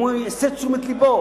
אם הוא הסב את תשומת לבו,